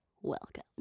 welcome